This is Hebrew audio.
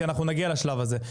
כי אנחנו נגיע לשלב הזה,